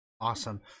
Awesome